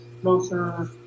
closer